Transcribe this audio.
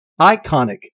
iconic